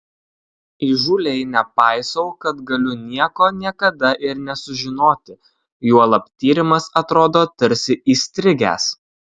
įžūliai nepaisau kad galiu nieko niekada ir nesužinoti juolab tyrimas atrodo tarsi įstrigęs